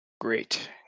Great